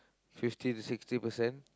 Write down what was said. fifty to sixty percent